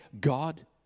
God